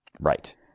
Right